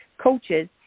coaches